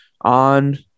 on